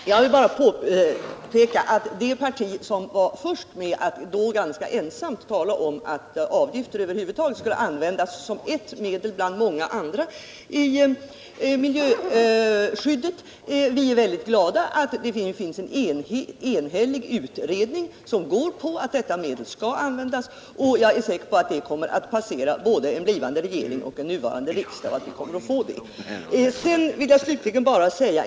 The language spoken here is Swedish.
Herr talman! Jag vill bara påpeka att det var vårt parti som först och ganska ensamt talade om att avgifter över huvud taget skulle användas som ett medel bland många andra i miljöskyddet. Därför är vi glada över att en enhällig utredning anser att detta medel skall användas. Jag är säker på att både en blivande regering och den nuvarande riksdagen kommer att tycka detsamma.